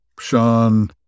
Sean